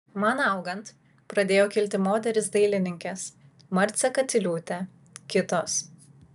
man augant pradėjo kilti moterys dailininkės marcė katiliūtė kitos